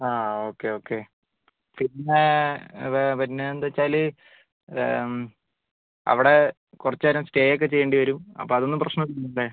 അതെ okay okay പിന്നെ എന്തുവെച്ചാല് അവിടെ കുറച്ച് നേരം സ്റ്റേ ഒക്കെ ചെയ്യേണ്ടി വരും അപ്പോൾ അതൊന്നും പ്രശ്നം ഇല്ലലോലേ